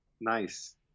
nice